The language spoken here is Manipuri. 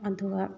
ꯑꯗꯨꯒ